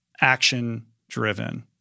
action-driven